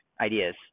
ideas